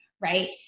right